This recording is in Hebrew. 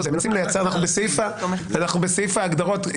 אנחנו בסעיף ההגדרות.